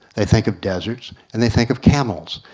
they think of deserts and they think of camels.